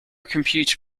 computer